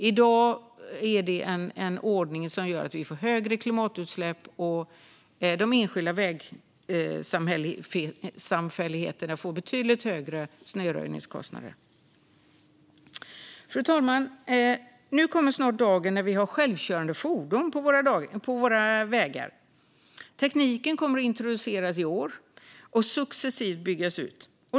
I dag råder en ordning som gör att vi får högre klimatutsläpp och att de enskilda vägsamfälligheterna får betydligt högre snöröjningskostnader. Fru talman! Nu kommer snart dagen när vi har självkörande fordon på våra vägar. Tekniken kommer att introduceras i år och successivt byggas ut.